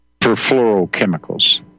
perfluorochemicals